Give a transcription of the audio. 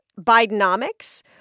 Bidenomics